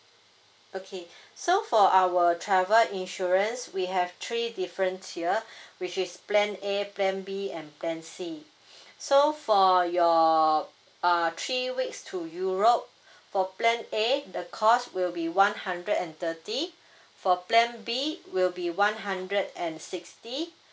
okay so for our travel insurance we have three different tier which is plan a plan b and plan c so for your uh three weeks to europe for plan a the cost will be one hundred and thirty for plan b it will be one hundred and sixty